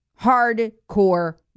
Hardcore